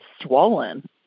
swollen